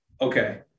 Okay